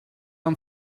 han